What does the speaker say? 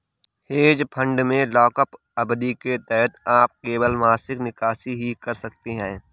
hedge fund में lockup अवधि के तहत आप केवल मासिक निकासी ही कर सकते हैं